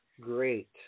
great